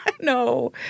No